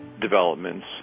developments